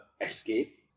escape